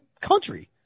country